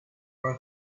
were